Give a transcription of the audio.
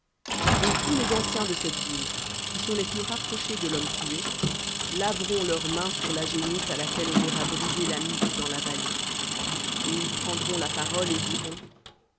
et tous les anciens de cette ville qui sont les plus rapprochés de l'homme tué laveront leurs mains sur la génisse à laquelle on aura brisé la nuque dans la vallée et ils prendront la parole et diront